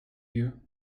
you